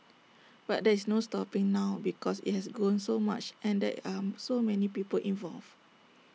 but there's no stopping now because IT has grown so much and there are so many people involved